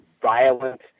violent